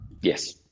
Yes